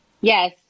Yes